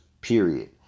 period